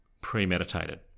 premeditated